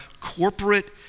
corporate